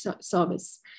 service